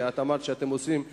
את אמרת שאתם עושים,